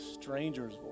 stranger's